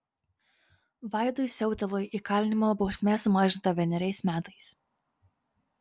vaidui siautilui įkalinimo bausmė sumažinta vieneriais metais